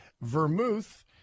vermouth